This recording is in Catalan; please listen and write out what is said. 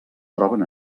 troben